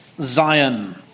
Zion